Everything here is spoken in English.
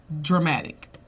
dramatic